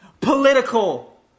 political